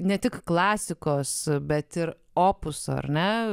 ne tik klasikos bet ir opusą ar ne